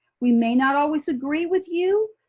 we may not always agree with you,